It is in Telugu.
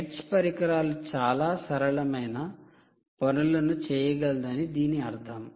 ఎడ్జ్ పరికరాలు చాలా సరళమైన పనులను చేయగలదని దీని అర్థం